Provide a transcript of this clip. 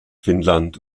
finnland